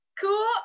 Cool